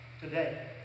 today